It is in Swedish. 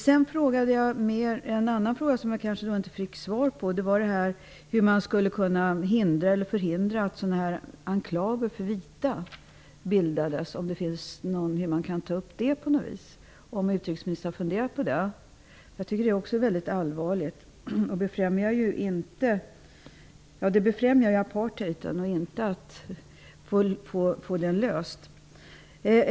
Jag ställde en annan fråga, som jag inte fick svar på, nämligen hur man skulle kunna förhindra att enklaver för vita bildades, och om utrikesministern hade funderat på det. Detta är allvarligt, då det befrämjar apartheid.